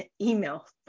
email